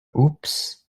oops